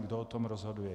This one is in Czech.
Kdo o tom rozhoduje?